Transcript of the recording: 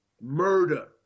murder